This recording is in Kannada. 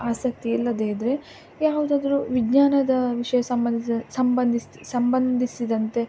ಆಸಕ್ತಿ ಇಲ್ಲದೇ ಇದ್ದರೆ ಯಾವುದಾದ್ರು ವಿಜ್ಞಾನದ ವಿಷಯ ಸಂಬಂಧಿಸಿದ ಸಂಬಂಧಿಸಿ ಸಂಬಂಧಿಸಿದಂತೆ